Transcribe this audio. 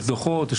יש דוחות.